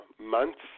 months